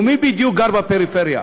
ומי בדיוק גר בפריפריה?